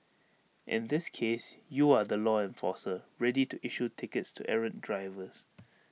in this case you are the law enforcer ready to issue tickets to errant drivers